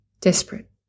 Desperate